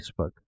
Facebook